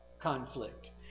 conflict